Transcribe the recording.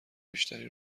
بیشتری